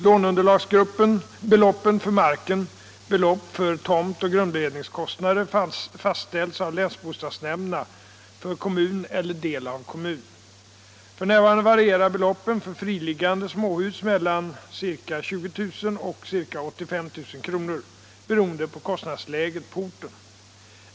Låneunderlagsbeloppen för marken — belopp för tomtoch grundberedningskostnader — fastställs av länsbostadsnämnderna för kommun eller del av kommun. F.n. varierar beloppen för friliggande småhus mellan ca 20 000 kr. och ca 85 000 kr. beroende på kostnadsläget på orten.